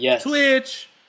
Twitch